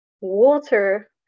water